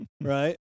Right